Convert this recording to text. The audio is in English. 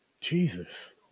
Jesus